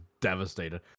devastated